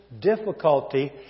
difficulty